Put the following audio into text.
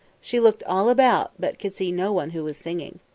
she looked all about, but could see no one who was singing.